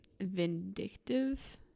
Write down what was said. vindictive